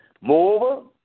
Moreover